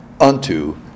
unto